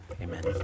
Amen